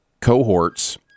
cohorts